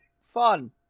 fun